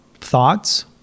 thoughts